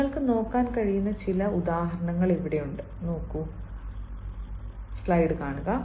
നിങ്ങൾക്ക് നോക്കാൻ കഴിയുന്ന ചില ഉദാഹരണങ്ങൾ ഇതാ